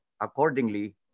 accordingly